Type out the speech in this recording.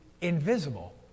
invisible